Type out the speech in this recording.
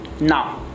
now